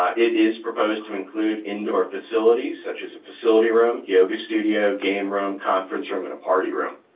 it is proposed to include indoor facilities such as a facility room, yoga studio, game room, conference room and a party room.